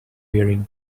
wearing